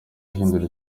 ahindura